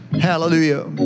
hallelujah